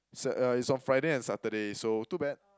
it's at ya it's on Friday and Saturday so too bad